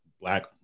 black